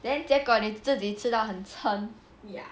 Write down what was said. then 结果你自己吃到很嗔